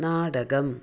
നാടകം